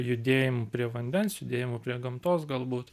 judėjimu prie vandens judėjimu prie gamtos galbūt